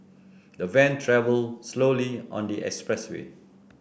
the van travel slowly on the express way